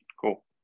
Cool